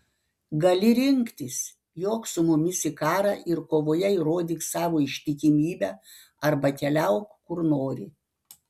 gali rinktis jok su mumis į karą ir kovoje įrodyk savo ištikimybę arba keliauk kur nori